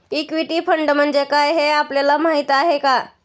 Equity fund म्हणजे काय, हे आपल्याला माहीत आहे का?